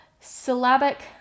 syllabic